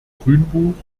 grünbuch